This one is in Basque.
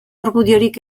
argudiorik